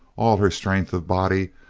all her strength of body,